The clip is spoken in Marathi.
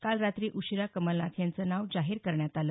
काल रात्री उशीरा कमलनाथ यांचं नाव जाहीर करण्यात आलं